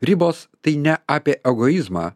ribos tai ne apie egoizmą